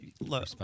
look